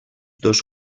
dos